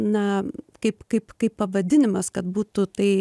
na kaip kaip kaip pavadinimas kad būtų tai